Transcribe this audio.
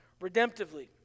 redemptively